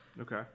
Okay